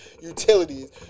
utilities